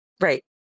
Right